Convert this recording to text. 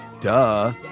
Duh